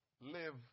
live